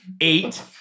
eight